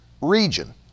region